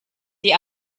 die